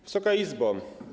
Wysoka Izbo!